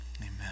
amen